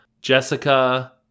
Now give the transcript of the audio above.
Jessica